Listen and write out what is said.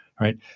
right